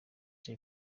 jay